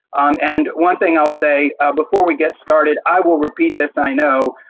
and one thing i will say before we get started, i will repeat this, i know.